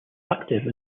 active